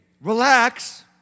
relax